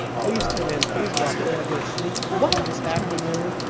please tune in, please watch. you're going to get a sneak preview this afternoon.